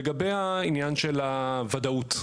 לגבי העניין של הוודאות.